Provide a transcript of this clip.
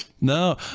No